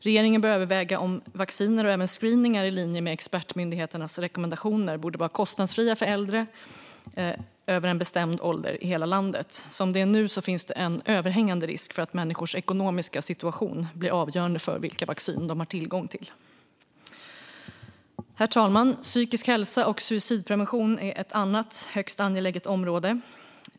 Regeringen bör överväga om vacciner och även screeningar i linje med expertmyndigheternas rekommendationer ska vara kostnadsfria för äldre över en bestämd ålder i hela landet. Som det är nu finns en överhängande risk att människors ekonomiska situation blir avgörande för vilka vacciner de har tillgång till. Herr talman! Psykisk hälsa och suicidprevention är ett annat högst angeläget område.